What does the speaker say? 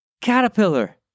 caterpillar